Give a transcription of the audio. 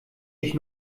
ich